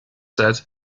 said